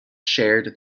shared